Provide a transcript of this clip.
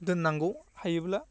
दोननांगौ हायोब्ला